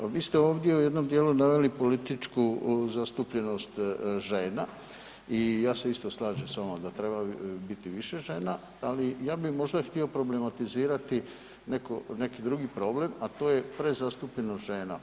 Ali vi ste ovdje u jednom dijelu naveli političku zastupljenost žena i ja se isto slažem s vama da treba biti više žena, ali ja bih možda htio problematizirati neki drugi problem, a to je prezastupljenost žena.